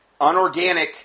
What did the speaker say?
unorganic